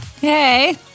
Hey